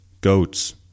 goats